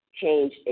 change